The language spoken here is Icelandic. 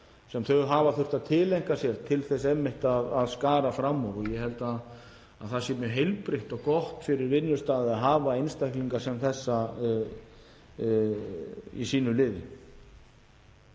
sem þau hafa þurft að tileinka sér til þess einmitt að skara fram úr. Ég held að það sé heilbrigt og gott fyrir vinnustaði hafa einstaklinga sem þessa í sínu liði.